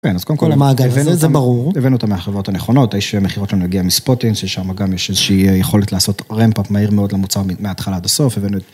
כן, אז קודם כל, הבאנו אותה מהחברות הנכונות, האיש מכירות שלנו הגיע מספוטינס, ששם גם יש איזושהי יכולת לעשות רמפאפ מהיר מאוד למוצר מההתחלה עד הסוף.